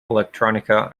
electronica